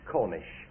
Cornish